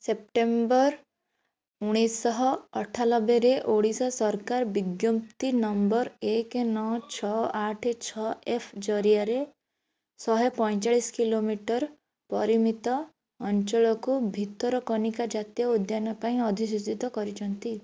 September ଉଣେଇଶିଶହ ଅଠାଲବେରେ ଓଡ଼ିଶା ସରକାର ବିଜ୍ଞପ୍ତି ନମ୍ବର ଏକ ନଅ ଛଅ ଆଠେ ଛଅ ଏଫ୍ ଜରିଆରେ ଶହେ ପଇଂଚାଳିଶି କିଲୋମିଟର ପରିମିତ ଅଞ୍ଚଳକୁ ଭିତରକନିକା ଜାତୀୟ ଉଦ୍ୟାନ ପାଇଁ ଅଧିସୂଚିତ କରିଛନ୍ତି